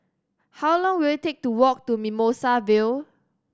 how long will it take to walk to Mimosa Vale